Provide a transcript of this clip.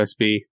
USB